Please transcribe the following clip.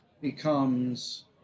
becomes